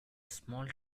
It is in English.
small